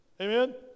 Amen